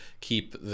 keep